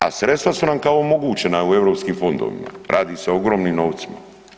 A sredstva su nam kao omogućena u EU fondovima, radi se o ogromnim novcima.